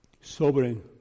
sobering